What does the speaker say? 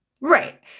Right